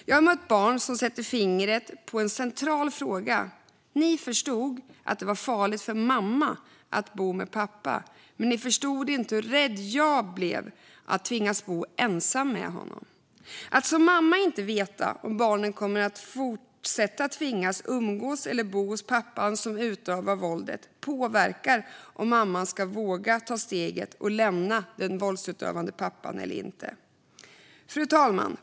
Jag har mött barn som sätter fingret på en central fråga: Ni förstod att det var farligt för mamma att bo med pappa, men ni förstod inte hur rädd jag blev av att tvingas bo ensam med honom. Att som mamma inte veta om barnen kommer att fortsätta tvingas umgås eller bo hos pappan som utövar våldet påverkar om mamman ska våga ta steget och lämna den våldsutövande pappan eller inte. Fru talman!